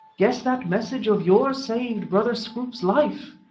guess that message of yours saved brother scroope's life,